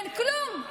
הן כלום.